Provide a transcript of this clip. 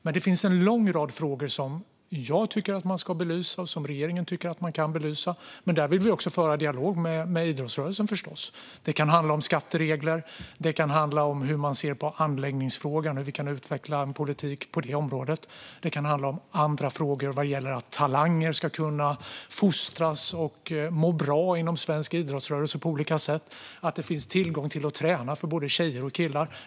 Men det finns en lång rad frågor som jag och regeringen tycker att man kan belysa, och där vill vi också föra dialog med idrottsrörelsen. Det kan handla om skatteregler. Det kan handla om hur man ser på anläggningsfrågan och hur vi kan utveckla en politik på det området. Det kan handla om andra frågor vad gäller att talanger ska kunna fostras och må bra inom svensk idrott på olika sätt, liksom att det ska finnas tillgång till att träna för både tjejer och killar.